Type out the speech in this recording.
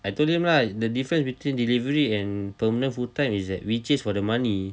I told him lah the difference between delivery and permanent full time is that we chase for the money